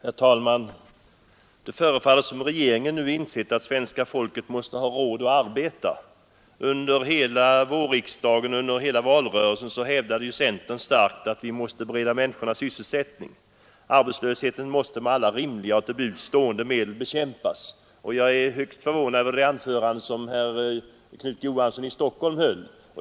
Herr talman! Det förefaller som om regeringen nu insett att det svenska folket måste ha råd att arbeta. Under hela vårriksdagen och hela valrörelsen hävdade centern starkt, att vi måste bereda människorna sysselsättning. Arbetslösheten måste med alla rimliga och till buds stående medel bekämpas, och jag är högst förvånad över det anförande som herr Knut Johansson i Stockholm höll.